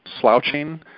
slouching